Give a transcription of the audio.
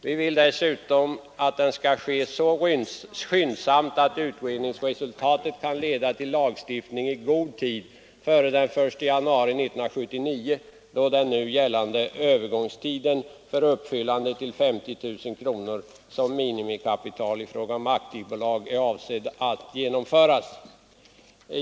Vi vill dessutom att utredningen skall genomföras så skyndsamt att resultatet kan leda till lagstiftning i god tid före den 1 januari 1979, då den nu gällande övergångstiden för uppfyllande av kravet på 50 000 kronor som minimikapital för aktiebolag avses utgå.